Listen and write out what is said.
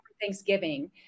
Thanksgiving